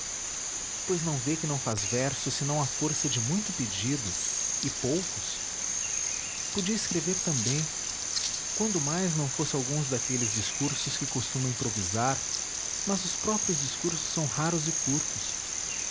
pois não vê que não faz versos senão à força de muito pedido e poucos podia escrever também quando mais não fosse alguns daqueles discursos que costuma improvisar mas os próprios discursos são raros e curtos